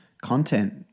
content